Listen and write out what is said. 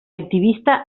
activista